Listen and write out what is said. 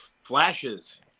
flashes